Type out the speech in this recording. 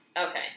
Okay